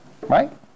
right